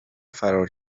فرار